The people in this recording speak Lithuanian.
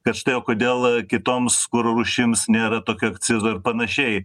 kad štai o kodėl kitoms kuro rūšims nėra tokio akcizo ir panašiai